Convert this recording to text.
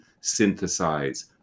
synthesize